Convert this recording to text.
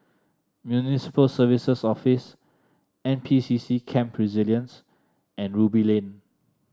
Municipal Services Office N P C C Camp Resilience and Ruby Lane